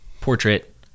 Portrait